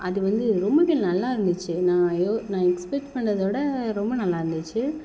அது வந்து ரொம்பவே நல்லா இருந்துச்சு நான் அய்யோ நான் எக்ஸ்பெக்ட் பண்ணதை விட ரொம்ப நல்லா இருந்துச்சு